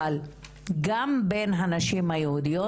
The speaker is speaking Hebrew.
אבל גם בין הנשים היהודיות,